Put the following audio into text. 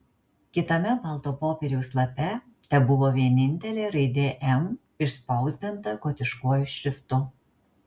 kitame balto popieriaus lape tebuvo vienintelė raidė m išspausdinta gotiškuoju šriftu